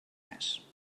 mes